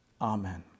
Amen